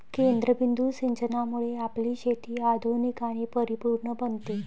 केंद्रबिंदू सिंचनामुळे आपली शेती आधुनिक आणि परिपूर्ण बनते